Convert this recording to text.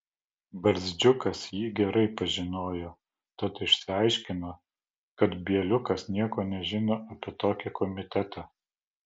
barzdžiukas jį gerai pažinojo tad išsiaiškino kad bieliukas nieko nežino apie tokį komitetą